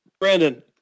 Brandon